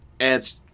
adds